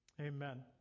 Amen